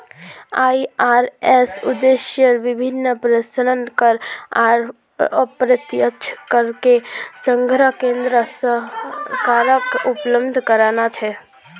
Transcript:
IRS उद्देश्य विभिन्न प्रत्यक्ष कर आर अप्रत्यक्ष करेर संग्रह केन्द्र सरकारक उपलब्ध कराना छे